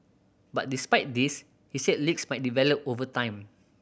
but despite this he said leaks might develop over time